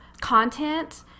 content